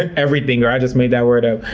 and everythinger, i just made that word up.